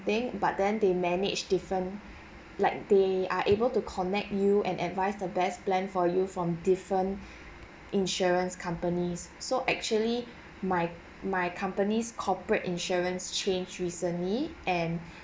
then but then they manage different like they are able to connect you and advise the best plan for you from different insurance companies so actually my my company's corporate insurance change recently and